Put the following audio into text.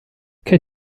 che